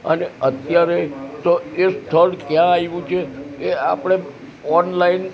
અને અત્યારે તો એ સ્થળ ક્યાં આવ્યું છે એ આપણે ઓનલાઈન